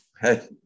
Hey